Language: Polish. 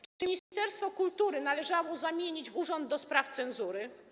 Czy ministerstwo kultury należało zamienić w urząd do spraw cenzury?